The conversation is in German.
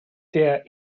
der